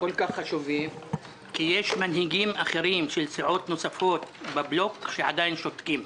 כי יש מנהיגים אחרים של סיעות נוספות בבלוק שעדיין שותקים,